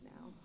now